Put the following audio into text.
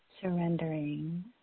surrendering